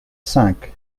cinq